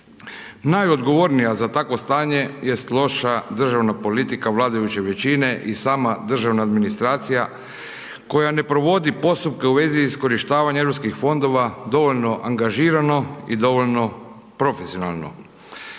Najodgovornija za takvo stanje jest loša državna politika vladajuće većine i sama državna administracija, koja ne provodi postupke u vezi iskorištavanje europskih fondova, dovoljno angažirano i dovoljno profesionalno.